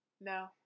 No